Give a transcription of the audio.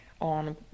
on